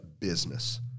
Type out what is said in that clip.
business